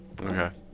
Okay